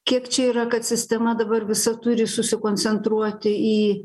kiek čia yra kad sistema dabar visa turi susikoncentruoti į